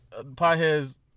Potheads